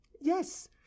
yes